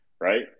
Right